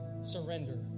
surrender